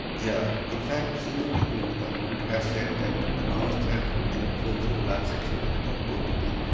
yeah in fact senior people in the government have said that the maoists have an influence over large sections of the poor people.